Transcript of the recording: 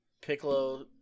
Piccolo